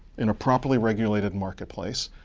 in a properly regulated marketplace,